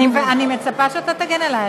אני מצפה שאתה תגן עליי,